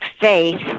faith